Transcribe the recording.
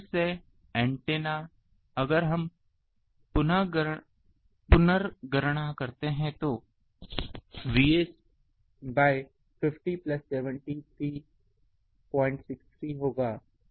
इसलिए मैं फिर से ऐन्टेना अगर हम पुनर्गणना करते हैं तो यह VS बाय 50 प्लस 7363 होगा